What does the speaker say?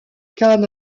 khan